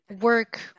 work